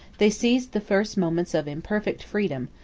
they seized the first moments of imperfect freedom,